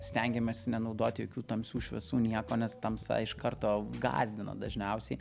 stengiamės nenaudoti jokių tamsių šviesų nieko nes tamsa iš karto gąsdina dažniausiai